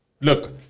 Look